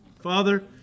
Father